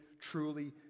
truly